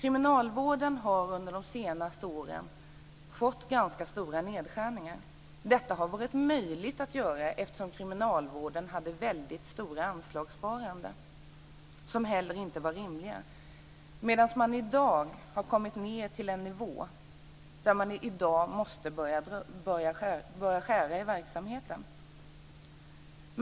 Kriminalvården har under de senaste åren fått göra ganska stora nedskärningar. Detta har varit möjligt att göra eftersom kriminalvården hade väldigt stora anslagssparanden, som inte var rimliga, medan man i dag har kommit ned till en nivå där man måste börja skära i verksamheten.